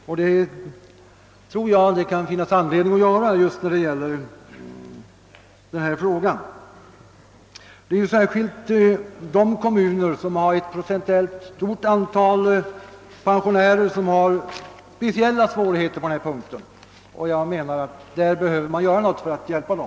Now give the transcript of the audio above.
Och i detta fall anser jag att det finns anledning att göra en omprövning. Speciellt de kommuner som har ett procentuellt sett stort antal pensionärer drabbas av svårigheter på detta område, och vi behöver göra något för att hjälpa dem.